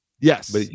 Yes